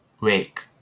wake